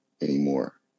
anymore